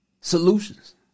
Solutions